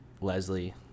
Leslie